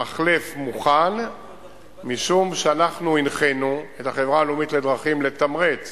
המחלף מוכן משום שאנחנו הנחינו את החברה הלאומית לדרכים לתמרץ